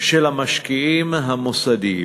של המשקיעים המוסדיים.